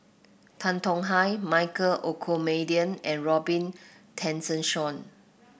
Tan Tong Hye Michael Olcomendy and Robin Tessensohn